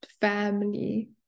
family